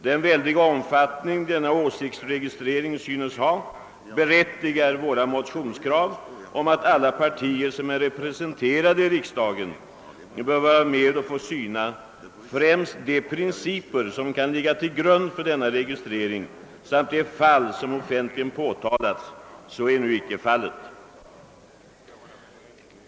Den väldiga omfattningen av denna åsiktsregistrering synes berättiga vårt motionskrav om att alla partier som är representerade i riksdagen bör få vara med och syna främst de principer som kan ligga till grund för denna registrering samt de fall som offentligen påtalats. Så är nu icke fallet.